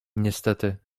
niestety